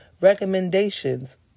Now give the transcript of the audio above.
recommendations